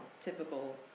typical